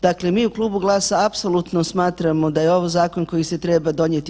Dakle, mi u Klubu GLAS-a apsolutno smatramo da je ovo zakon koji se treba donijeti 2/